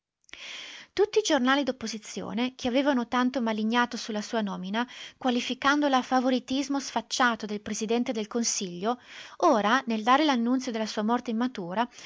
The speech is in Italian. tutti i giornali d'opposizione che avevano tanto malignato su la sua nomina qualificandola favoritismo sfacciato del presidente del consiglio ora nel dare l'annunzio della sua morte immatura